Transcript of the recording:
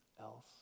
else